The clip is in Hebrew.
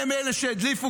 שהם אלה שהדליפו,